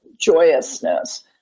Joyousness